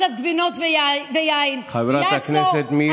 כשהם הגישו בג"ץ למה בש"ס וביהדות התורה לא מתמודדות נשים,